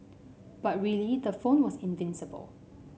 but really the phone was invincible